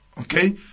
Okay